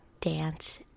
dance